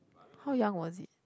how young was it